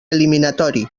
eliminatori